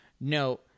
No